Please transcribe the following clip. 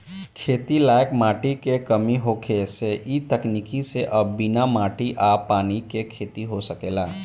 खेती लायक माटी के कमी होखे से इ तकनीक से अब बिना माटी आ पानी के खेती हो सकेला